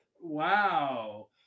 wow